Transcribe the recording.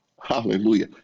hallelujah